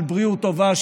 של בריאות טובה,